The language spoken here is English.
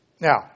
Now